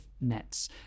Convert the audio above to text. nets